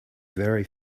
very